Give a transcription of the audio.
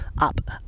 up